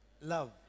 love